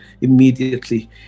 immediately